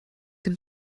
dem